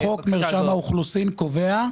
חוק מרשם האוכלוסין קובע,